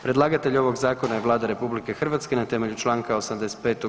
Predlagatelj ovog zakona je Vlada RH na temelju čl. 85.